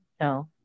No